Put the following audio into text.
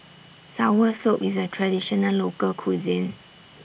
Soursop IS A Traditional Local Cuisine